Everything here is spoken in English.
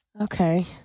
Okay